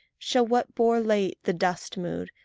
shall what bore late the dust-mood,